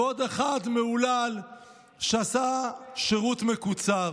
ועל ידי עוד אחד מהולל שעשה שירות מקוצר.